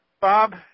Bob